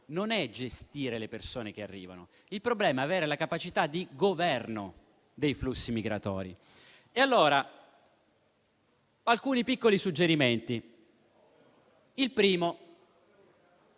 non è gestire le persone che arrivano; il problema è avere la capacità di governo dei flussi migratori. Aggiungo alcuni piccoli suggerimenti. Il primo: